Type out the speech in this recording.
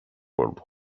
world